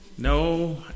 No